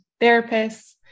therapists